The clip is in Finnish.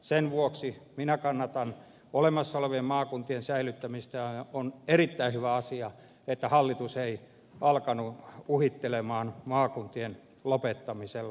sen vuoksi minä kannatan olemassa olevien maakuntien säilyttämistä ja on erittäin hyvä asia että hallitus ei alkanut uhitella maakuntien lopettamisella